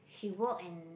she work and